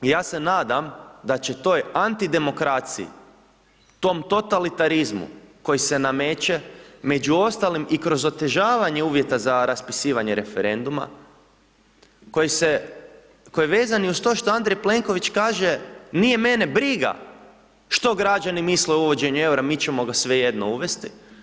I ja se nadam da će toj antidemokraciji, tom totalitarizmu koji se nameće među ostalim i kroz otežavanje uvjeta za raspisivanje referenduma, koji se, koji je vezan i uz to što Andrej Plenković kaže nije mene briga što građani misle o uvođenju eura, mi ćemo ga svejedno uvesti.